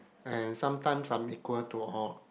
and sometimes i'm equal to all